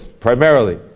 primarily